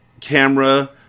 camera